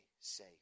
say